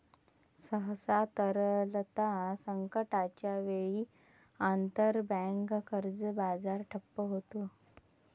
सहसा, तरलता संकटाच्या वेळी, आंतरबँक कर्ज बाजार ठप्प होतो